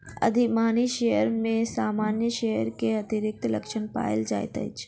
अधिमानी शेयर में सामान्य शेयर के अतिरिक्त लक्षण पायल जाइत अछि